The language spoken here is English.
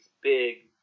big